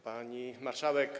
Pani Marszałek!